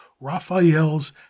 Raphael's